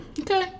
Okay